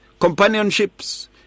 companionships